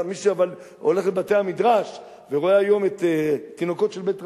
אבל מי שהולך לבתי-המדרש ורואה היום תינוקות של בית רבן,